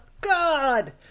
God